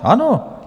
Ano.